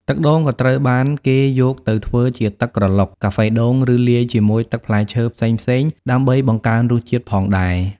ទឹកដូងក៏ត្រូវបានគេយកទៅធ្វើជាទឹកក្រឡុក កាហ្វេដូង ឬលាយជាមួយទឹកផ្លែឈើផ្សេងៗដើម្បីបង្កើនរសជាតិផងដែរ។